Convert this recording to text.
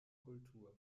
kultur